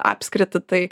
apskritį tai